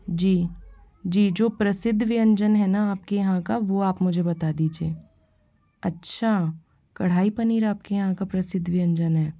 जी जी जो प्रसिद्ध व्यंजन है न आपके यहाँ का वह आप मुझे बता दीजिए अच्छा कड़ाही पनीर आपके यहाँ का प्रसिद्ध व्यंजन है